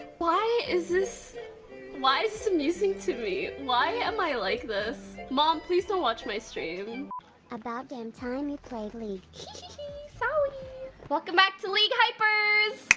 why is this why is this amusing to me. why am i like this mom please don't watch my stream about damn time you played sorry welcome back to league hyper's!